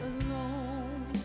alone